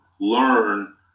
learn